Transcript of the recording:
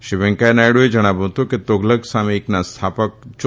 શ્રી વેકૈયાહ નાયડુએ જણાવ્યું હતું કે તુઘલક સામયિકના સ્થાપક ચો